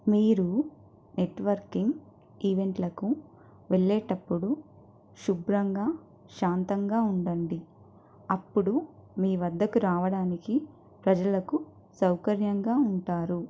మీరు నెట్వర్కింగ్ ఈవెంట్లకు వెళ్ళేటప్పుడు శుభ్రంగా శాంతంగా ఉండండి అప్పుడు మీవద్దకు రావడానికి ప్రజలకు సౌకర్యంగా ఉంటారు